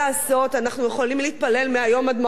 אנחנו יכולים להתפלל מהיום עד מחרתיים.